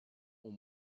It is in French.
ont